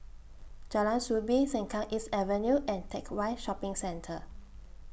Jalan Soo Bee Sengkang East Avenue and Teck Whye Shopping Centre